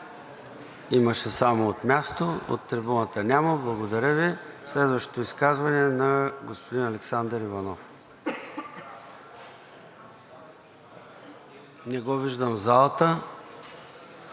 Имаше само от място. (Реплики.) От трибуната няма. Благодаря Ви. Следващото изказване е на господин Александър Иванов. Не го виждам в залата.